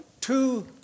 two